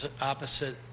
opposite